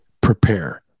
prepare